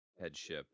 headship